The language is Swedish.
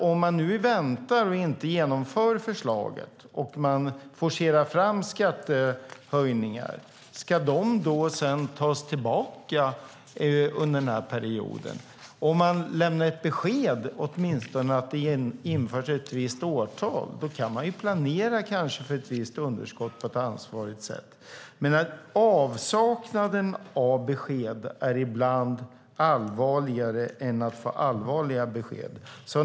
Om man väntar och inte genomför förslaget och forcerar fram skattehöjningar, ska dessa då tas tillbaka under perioden? Om man åtminstone lämnar ett besked om att det ska införas ett visst årtal kan kommunerna och landstingen kanske planera för ett visst underskott på ett ansvarstagande sätt. Avsaknaden av besked är ibland allvarligare än att få allvarliga besked.